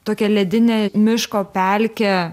tokia ledine miško pelke